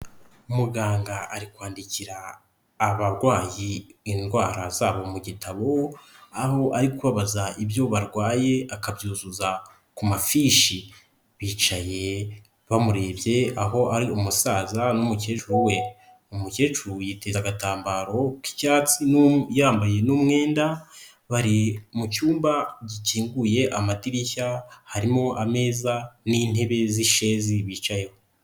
Muganga ari kwandikira abarwayi indwara zabo mu gitabo, aho ari kubabaza ibyo barwaye akabyuzuza ku mafishi, bicaye bamurebye aho hari umusaza n'umukecuru we, umukecuru yiteza agatambaro k'icyatsi yambaye n'umwenda, bari mu cyumba gikinguye amadirishya harimo ameza n'intebe z'ishezi bicayeho.